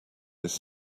this